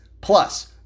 Plus